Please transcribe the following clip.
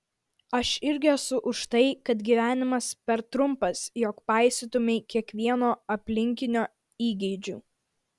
aš irgi esu už tai kad gyvenimas per trumpas jog paisytumei kiekvieno aplinkinio įgeidžių